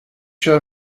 show